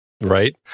Right